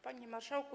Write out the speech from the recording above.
Panie Marszałku!